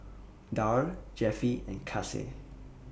Darl Jeffie and Kasey